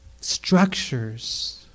structures